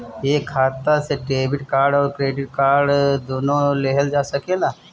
एक खाता से डेबिट कार्ड और क्रेडिट कार्ड दुनु लेहल जा सकेला?